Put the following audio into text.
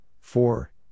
four